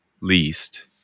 least